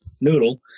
noodle